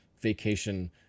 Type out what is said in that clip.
vacation